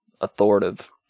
authoritative